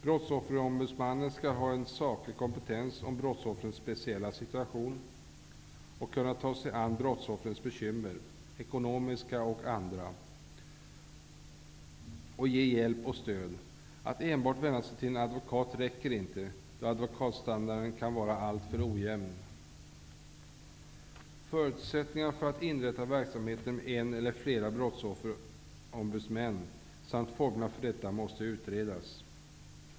Brottsofferombudsmannen skall ha en saklig kompetens om brottsoffrens speciella situation och kunna ta sig an brottsoffrens bekymmer, ekonomiska och andra, samt ge hjälp och stöd. Att enbart vända sig till en advokat räcker inte, då advokatstandarden kan vara alltför ojämn. Förutsättningarna för att inrätta verksamhet med en eller flera brottsofferombudsmän samt formerna för detta måste utredas.